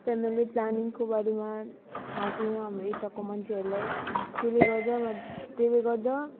family प्लानिङको बारेमा थाहा छैन हाम्रो यताको मान्छेहरूलाई त्यसले गर्दा मत त्यसले गर्दा